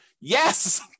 Yes